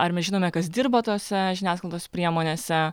ar mes žinome kas dirba tose žiniasklaidos priemonėse